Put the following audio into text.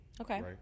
okay